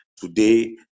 today